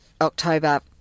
October